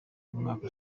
umwaka